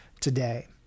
today